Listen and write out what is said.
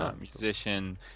musician